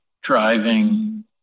driving